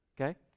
Okay